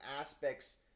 aspects